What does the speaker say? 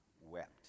wept